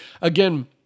again